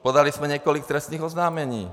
Podali jsme několik trestních oznámení.